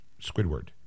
squidward